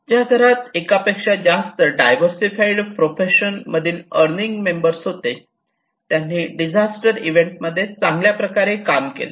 ज्या घरात एकापेक्षा जास्त डिव्हर्सिफाइड प्रोफेशन मधील अर्निंग मेंबर्स होते त्यांनी डिझास्टर इव्हेंटमध्ये चांगल्या प्रकारे काम केले